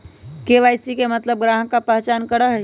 KYC के मतलब ग्राहक का पहचान करहई?